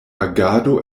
agado